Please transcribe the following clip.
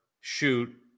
shoot